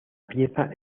pieza